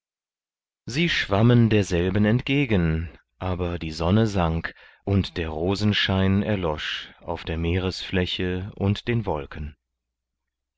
sie schwammen derselben entgegen aber die sonne sank und der rosenschein erlosch auf der meeresfläche und den wolken